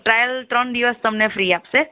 trial ત્રણ દિવસ તમને ફ્રી આપશે